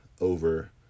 over